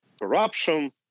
corruption